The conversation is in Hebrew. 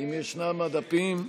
אם ישנם דפים.